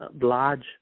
large